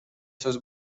сөз